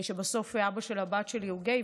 שבסוף אבא של הבת שלי הוא גיי,